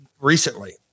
recently